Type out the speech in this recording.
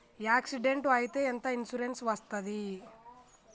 Accident అయితే ఎంత insurance వస్తది?